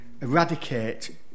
eradicate